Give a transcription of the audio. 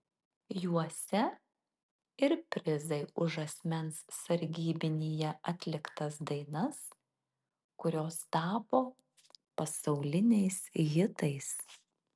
juose ir prizai už asmens sargybinyje atliktas dainas kurios tapo pasauliniais hitais